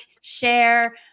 share